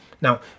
Now